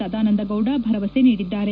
ಸದಾನಂದ ಗೌಡ ಭರವಸೆ ನೀಡಿದ್ದಾರೆ